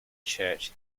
church